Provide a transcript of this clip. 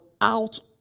out